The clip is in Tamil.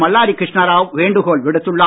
மல்லாடி கிருஷ்ணராவ் வேண்டுகோள் விடுத்துள்ளார்